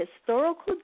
historical